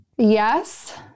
yes